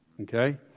okay